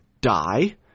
die